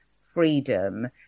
freedom